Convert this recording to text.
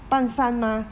半山 mah